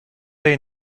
they